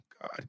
God